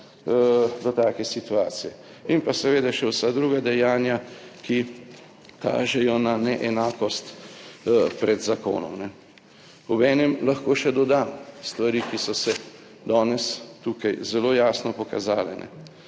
do take situacije. In pa seveda še vsa druga dejanja, ki kažejo na neenakost pred zakonom. Obenem lahko še dodam stvari, ki so se danes tukaj zelo jasno pokazale,